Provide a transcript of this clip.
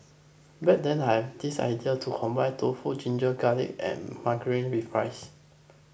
back then I had this idea to combine tofu ginger garlic and margarine with rice